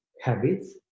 habits